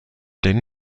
den